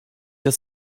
your